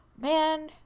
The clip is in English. man